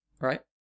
right